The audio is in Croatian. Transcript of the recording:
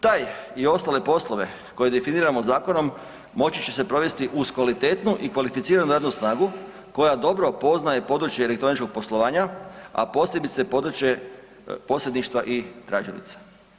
Taj i ostale poslove koje definiramo zakonom moći će se provesti uz kvalitetnu i kvalificiranu radnu snagu koja dobro poznaje područje elektroničkog poslovanja, a posebice područje posredništva i tražilica.